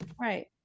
right